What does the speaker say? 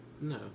No